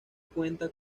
cuenta